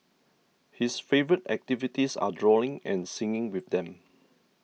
his favourite activities are drawing and singing with them